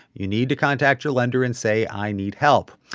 you need to contact your lender and say, i need help.